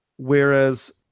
whereas